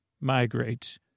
migrate